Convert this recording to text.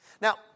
Now